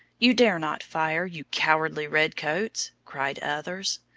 you dare not fire, you cowardly red-coats, cried others.